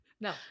No